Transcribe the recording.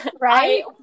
Right